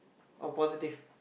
or positive